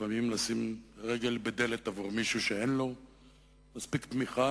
לפעמים לשים רגל בדלת עבור מישהו שאין לו מספיק תמיכה,